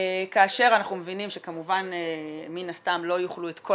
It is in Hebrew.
כאשר אנחנו מבינים שכמובן מן הסתם לא יוכלו את כל